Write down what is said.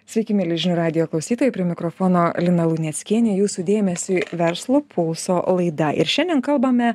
sveiki mieli žinių radijo klausytojai prie mikrofono lina luneckienė jūsų dėmesiui verslo pulso laida ir šiandien kalbame